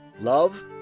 love